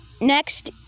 next